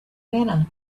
manner